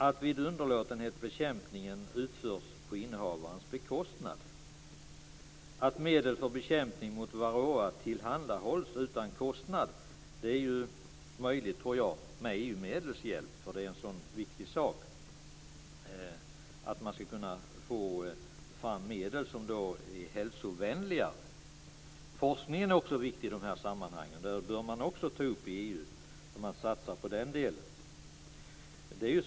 Att vid underlåtenhet bekämpningen utförs på innehavarens bekostnad. 4. Att medel för bekämpning mot varroa tillhandahålls utan kostnad. Det är möjligt med EU medlens hjälp för en så viktig sak att få fram medel som är hälsovänliga. 5. Forskningen är också viktig i dessa sammanhang och bör tas upp och satsas på i EU.